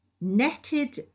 netted